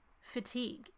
fatigue